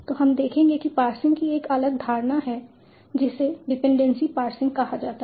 तो हम देखेंगे कि पार्सिंग की एक अलग धारणा है जिसे डिपेंडेंसी पार्सिंग कहा जाता है